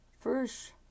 First